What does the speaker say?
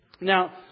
Now